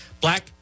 black